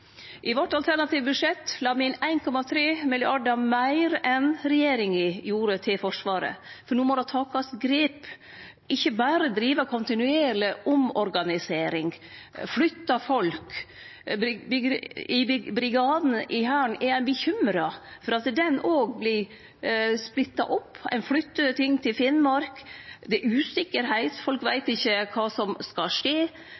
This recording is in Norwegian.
I vårt alternative budsjett la me inn 1,3 mrd. kr meir enn regjeringa gjorde til Forsvaret, for no må det takast grep. Ein kan ikkje berre drive kontinuerleg å omorganisere og flytte folk. I Brigaden i Hæren er ein bekymra for at han òg vert splitta opp. Ein flyttar ting til Finnmark. Det er usikkerheit. Folk veit ikkje kva som skal skje.